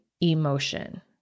emotion